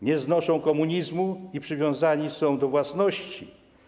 Nie znoszą komunizmu i przywiązani są do własności.